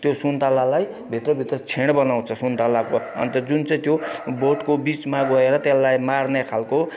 त्यो सुन्तलालाई भित्र भित्र छेँड बनाउँछ सुन्तलाको अनि अन्त जुन चाहिँ त्यो बोटको बिचमा गएर त्यसलाई मार्ने खालको